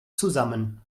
zusammen